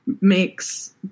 makes